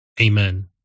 Amen